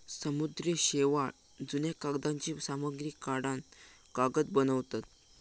समुद्री शेवाळ, जुन्या कागदांची सामग्री काढान कागद बनवतत